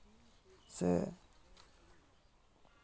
ᱥᱮ